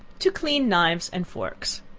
to clean knives and forks.